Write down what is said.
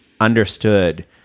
understood